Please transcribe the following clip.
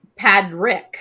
Padrick